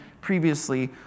previously